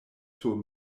sur